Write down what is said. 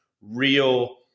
real